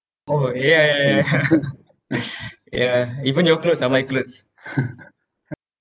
orh ya ya ya ya yeah even your clothes are my clothes